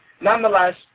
Nonetheless